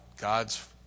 God's